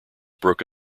broke